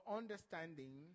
understanding